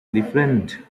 different